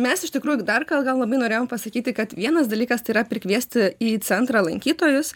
mes iš tikrųjų dar ką gal labai norėjom pasakyti kad vienas dalykas tai yra prikviesti į centrą lankytojus